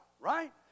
Right